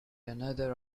another